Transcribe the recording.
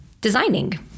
designing